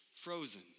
frozen